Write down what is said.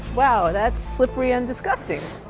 wow, that's slippery and disgusting.